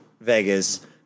Vegas